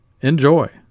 Enjoy